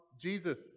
Jesus